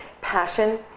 Passion